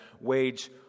wage